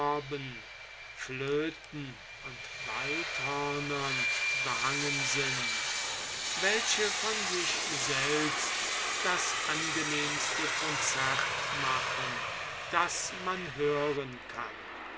flöten und waldhörnern behangen sind welche von sich selbst das angenehmste concert machen das man hören kann